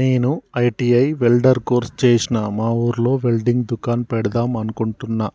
నేను ITI welder course చేశ్న మా ఊర్లో వెల్డింగ్ దుకాన్ పెడదాం అనుకుంటున్నా